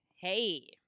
hey